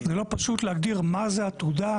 זה לא פשוט להגדיר מה זה עתודה,